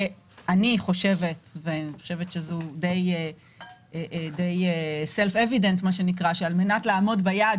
אני חושבת ואני סבורה שזה די self evident שעל מנת לעמוד ביעד